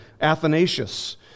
Athanasius